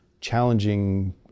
challenging